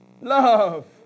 love